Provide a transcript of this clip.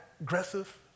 aggressive